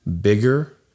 bigger